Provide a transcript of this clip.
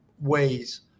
ways